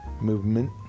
movement